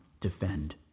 defend